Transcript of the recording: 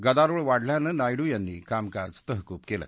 गदारोळ वाढल्यानं नायडू यांनी कामकाज तहकूब केलं